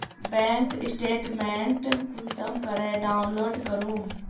Bank statement कुंसम करे download करूम?